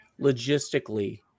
logistically